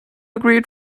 agree